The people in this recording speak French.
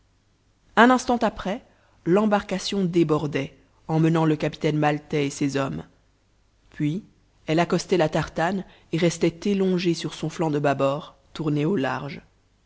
un instant après l'embarcation débordait emmenant le capitaine maltais et ses hommes puis elle accostait la tartane et restait élongée sur son flanc de bâbord tourné au large